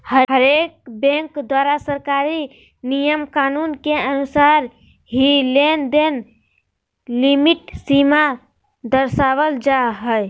हरेक बैंक द्वारा सरकारी नियम कानून के अनुसार ही लेनदेन लिमिट सीमा दरसावल जा हय